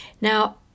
Now